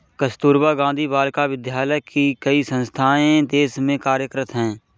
कस्तूरबा गाँधी बालिका विद्यालय की कई संस्थाएं देश में कार्यरत हैं